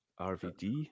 rvd